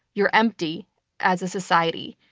you're empty as a society.